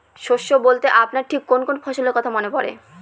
শস্য বলতে আপনার ঠিক কোন কোন ফসলের কথা মনে পড়ে?